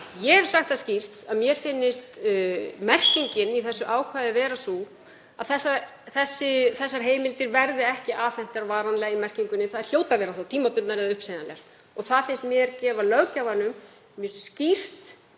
Ég hef sagt það skýrt að mér finnist merkingin í þessu ákvæði vera sú að þessar heimildir verði ekki afhentar varanlega, í merkingunni: Þær hljóta þá að vera tímabundnar eða uppsegjanlegar. Og það finnst mér gefa löggjafanum mjög skýrt